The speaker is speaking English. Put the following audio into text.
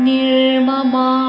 Nirmama